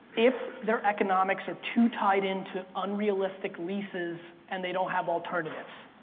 if their economics are too tied into unrealistic leases and they don't have alternatives.